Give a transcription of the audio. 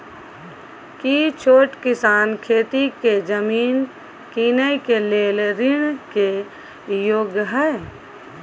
की छोट किसान खेती के जमीन कीनय के लेल ऋण के योग्य हय?